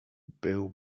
był